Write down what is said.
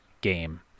game